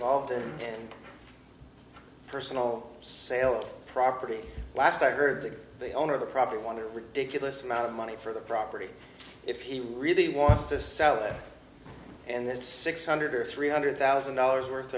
involved in personal sale of property last i heard that the owner of the property want to ridiculous amount of money for the property if he really wants to sell it and that's six hundred or three hundred thousand dollars worth